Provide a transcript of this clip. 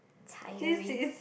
tiring